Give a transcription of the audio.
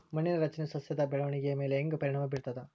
ಮಣ್ಣಿನ ರಚನೆಯು ಸಸ್ಯದ ಬೆಳವಣಿಗೆಯ ಮೇಲೆ ಹೆಂಗ ಪರಿಣಾಮ ಬೇರ್ತದ?